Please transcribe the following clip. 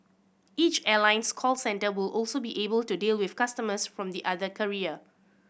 each airline's call centre will also be able to deal with customers from the other carrier